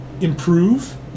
improve